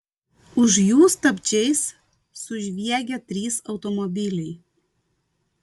už jų stabdžiais sužviegė trys automobiliai